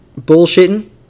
bullshitting